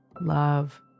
love